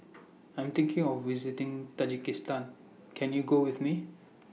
I Am thinking of visiting Tajikistan Can YOU Go with Me